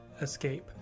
escape